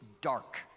dark